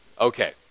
Okay